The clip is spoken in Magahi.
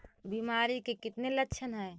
बीमारी के कितने लक्षण हैं?